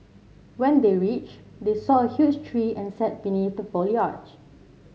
when they reached they saw a huge tree and sat beneath the foliage